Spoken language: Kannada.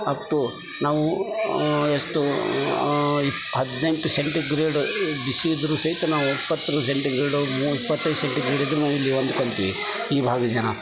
ಅಪ್ ಟೂ ನಾವು ಎಷ್ಟು ಇಪ್ ಹದಿನೆಂಟು ಸೆಂಟಿಗ್ರೇಡ್ ಬಿಸಿ ಇದ್ದರು ಸಹಿತ ನಾವು ಇಪ್ಪತ್ತು ಸೆಂಟಿಗ್ರೇಡು ಮೂ ಇಪ್ಪತೈದ್ ಸೆಂಟಿಗ್ರೇಡ್ ಇದ್ದರೂನೂ ಇಲ್ಲಿ ಹೊಂದ್ಕೊತಿವಿ ಈ ಭಾಗದ ಜನ